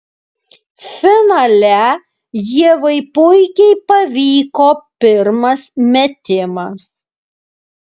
finale ievai puikiai pavyko pirmas metimas